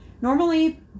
Normally